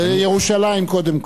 זה ירושלים, קודם כול.